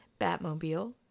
Batmobile